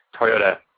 Toyota